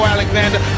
Alexander